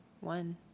One